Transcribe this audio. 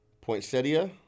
Poinsettia